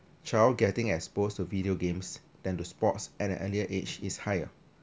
child getting exposed to video games than to sports at an earlier age is